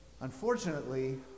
Unfortunately